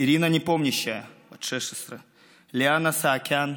אירנה נפוניאשצי, בת 16, ליאנה סעקיאן,